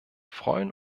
freuen